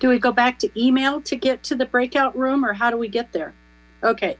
do we go back to email to get to the breakout room or how do we get there okay